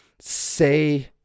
say